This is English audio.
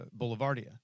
Boulevardia